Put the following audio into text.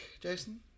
Jason